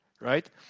right